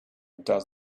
does